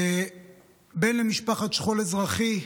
כבן למשפחת שכול אזרחי,